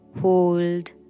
Hold